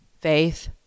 faith